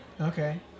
Okay